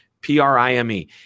P-R-I-M-E